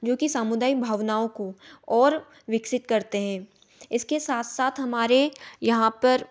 जो कि सामुदायिक भावनाओं को और विकसित करते हें इसके साथ साथ हमारे यहाँ पर